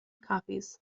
copies